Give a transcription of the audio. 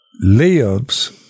lives